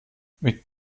mit